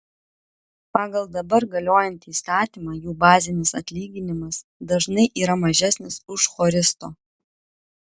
pagal dabar galiojantį įstatymą jų bazinis atlyginimas dažnai yra mažesnis už choristo